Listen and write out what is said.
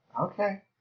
Okay